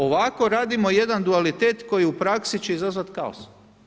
Ovako radimo jedan dualitet koji u praksi će izazvati kaos.